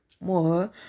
more